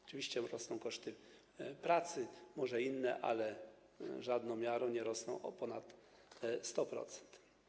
Oczywiście rosną koszty pracy, może inne, ale żadną miarą nie rosną o ponad 100%.